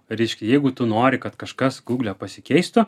reiškia jeigu tu nori kad kažkas gugle pasikeistų